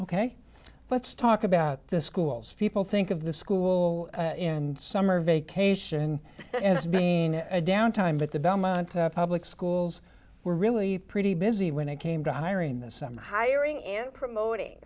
ok let's talk about the schools people think of the school and summer vacation as being a down time but the belmont public schools were really pretty busy when it came to hiring this summer hiring and promoting